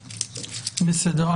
בסדר.